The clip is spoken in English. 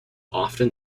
often